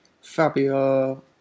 Fabio